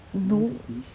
no